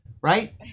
right